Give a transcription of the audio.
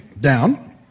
down